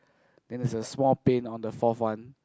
then there's a small paint on the fourth one